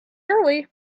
early